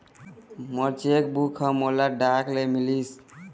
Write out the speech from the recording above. मोर cheque book ह मोला डाक ले मिलिस